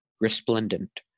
resplendent